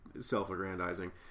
self-aggrandizing